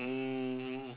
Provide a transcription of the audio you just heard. um